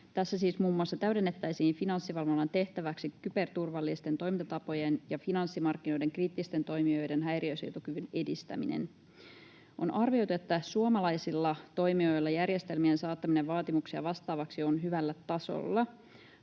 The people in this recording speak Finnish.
Tässä siis muun muassa täydennettäisiin Finanssivalvonnan tehtäväksi kyberturvallisten toimintatapojen ja finanssimarkkinoiden kriittisten toimijoiden häiriönsietokyvyn edistäminen. On arvioitu, että suomalaisilla toimijoilla järjestelmien saattaminen vaatimuksia vastaavaksi on hyvällä tasolla.